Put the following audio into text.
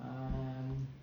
um